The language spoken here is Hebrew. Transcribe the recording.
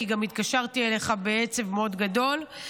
כי גם התקשרתי אליך בעצב מאוד גדול,